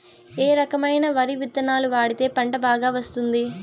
ఏ రకమైన వరి విత్తనాలు వాడితే పంట బాగా వస్తుంది?